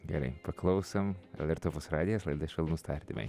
gerai paklausom lrt opus radijas laida švelnūs tardymai